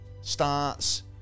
starts